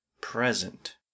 present